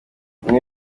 bamwe